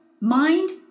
mind